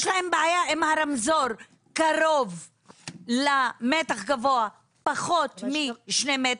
יש להם בעיה אם הרמזור קרוב למתח גבוה פחות משני מטרים,